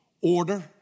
Order